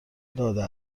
داده